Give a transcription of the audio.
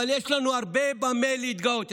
אבל יש לנו הרבה במה להתגאות.